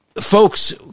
Folks